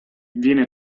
viene